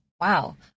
Wow